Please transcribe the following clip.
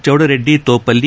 Chowdareddy ತೋಪಲ್ಲಿ